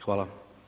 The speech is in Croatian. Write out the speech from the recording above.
Hvala.